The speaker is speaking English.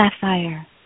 sapphire